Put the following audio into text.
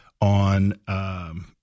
on